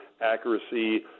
accuracy